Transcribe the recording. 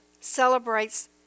celebrates